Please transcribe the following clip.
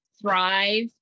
thrive